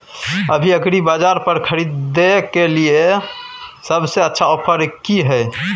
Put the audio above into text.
अभी एग्रीबाजार पर खरीदय के लिये सबसे अच्छा ऑफर की हय?